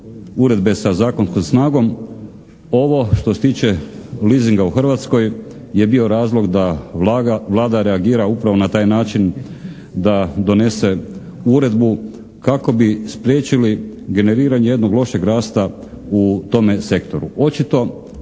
uredbe sa zakonskom snagom ovo što se tiče leasinga u Hrvatskoj je bio razlog da Vlada reagira upravo na taj način da donese uredbu kako bi spriječili generiranje jednog lošeg rasta u tome sektoru.